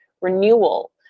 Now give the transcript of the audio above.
renewal